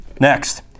Next